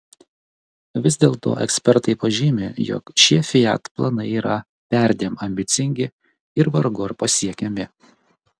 vis dėlto ekspertai pažymi jog šie fiat planai yra perdėm ambicingi ir vargu ar pasiekiami